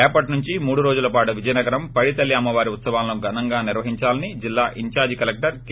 రేపటి నుంచి మూడురోజులపాటు విజయనగరం పైడితల్లి అమ్మవారి ఉత్సవాలను ఘనంగా నిర్వహిందాలని జిల్లా ఇన్ధార్షి కలెక్షర్ కె